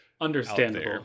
understandable